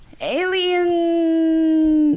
Alien